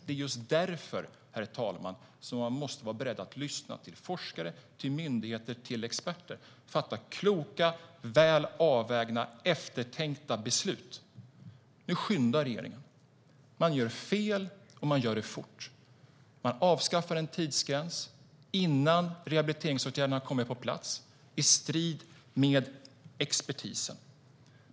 Det är just därför, herr talman, som man måste vara beredd att lyssna till forskare, myndigheter och experter och fatta kloka, väl avvägda och eftertänkta beslut. Nu skyndar regeringen, och det går fort och blir fel. Man avskaffar en tidsgräns innan rehabiliteringsåtgärderna har kommit på plats, i strid med expertisen.